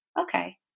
okay